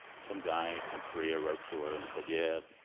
some guy from korea wrote to her and said, yeah,